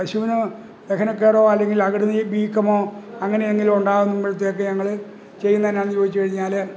പശുവിന് ദഹനക്കേടോ അല്ലങ്കിൽ അകിട് വീ വീക്കമോ അങ്ങനെ എങ്കിലും ഉണ്ടാകുമ്പോഴ്ത്തേക്ക് ഞങ്ങള് ചെയ്യുന്ന എന്നാന്ന് ചോദിച്ചുകഴിഞ്ഞാല്